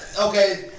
Okay